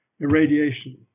irradiation